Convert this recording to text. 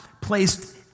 placed